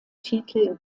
titel